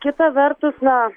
kita vertus na